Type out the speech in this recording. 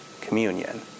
communion